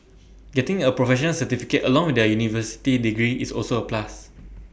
getting A professional certificate along with their university degree is also A plus